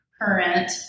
current